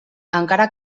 encara